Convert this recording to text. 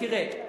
תראה,